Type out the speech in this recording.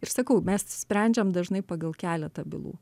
ir sakau mes sprendžiam dažnai pagal keletą bylų